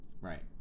Right